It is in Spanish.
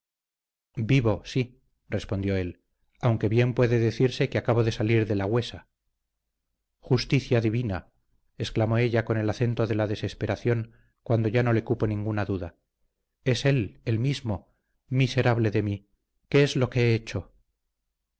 vivo vivo sí respondió él aunque bien puede decirse que acabo de salir de la huesa justicia divina exclamó ella con el acento de la desesperación cuando ya no le cupo ninguna duda es él el mismo miserable de mí qué es lo que he hecho